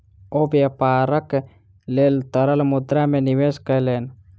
ओ व्यापारक लेल तरल मुद्रा में निवेश कयलैन